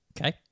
Okay